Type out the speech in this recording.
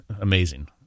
Amazing